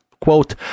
quote